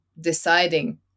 deciding